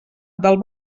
del